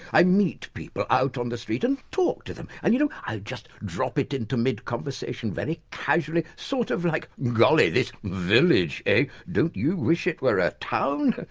i meet people out on the street, and talk to them, and, you know, i'll just drop it into mid-conversation very casually, sort of like, golly, this village, ah? don't you wish it were a town?